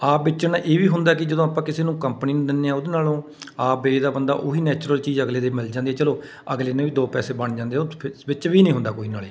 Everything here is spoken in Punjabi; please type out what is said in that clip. ਆਪ ਵੇਚਣ ਨਾਲ ਇਹ ਵੀ ਹੁੰਦਾ ਕਿ ਜਦੋਂ ਆਪਾਂ ਕਿਸੇ ਨੂੰ ਕੰਪਨੀ ਦਿੰਦੇ ਹਾਂ ਉਹਦੇ ਨਾਲੋਂ ਆਪ ਵੇਚਦਾ ਬੰਦਾ ਉਹੀ ਨੈਚੁਰਲ ਚੀਜ਼ ਅਗਲੇ ਦੇ ਮਿਲ ਜਾਂਦੀ ਹੈ ਚਲੋ ਅਗਲੇ ਨੇ ਵੀ ਦੋ ਪੈਸੇ ਬਣ ਜਾਂਦੇ ਵਿੱਚ ਵੀ ਨਹੀਂ ਹੁੰਦਾ ਕੋਈ ਨਾਲੇ